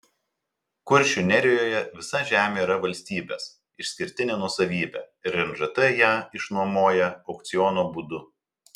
kuršių nerijoje visa žemė yra valstybės išskirtinė nuosavybė ir nžt ją išnuomoja aukciono būdu